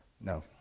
No